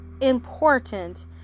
important